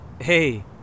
Hey